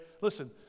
Listen